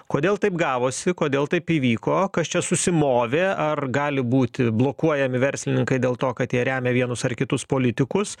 kodėl taip gavosi kodėl taip įvyko kas čia susimovė ar gali būti blokuojami verslininkai dėl to kad jie remia vienus ar kitus politikus